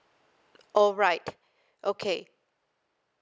alright okay